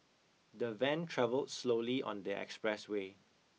the van travelled slowly on the expressway